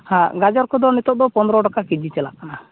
ᱟᱨ ᱜᱟᱡᱚᱨ ᱠᱚᱫᱚ ᱱᱤᱛᱚᱜ ᱫᱚ ᱯᱚᱱᱨᱚ ᱴᱟᱠᱟ ᱠᱮᱡᱤ ᱪᱟᱞᱟᱜ ᱠᱟᱱᱟ